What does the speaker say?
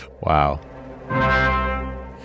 Wow